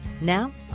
Now